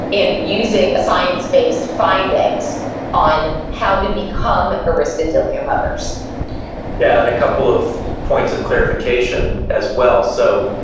in using science based findings on how to become aristotelian lovers yeah, and a couple of points of clarification, as well. so,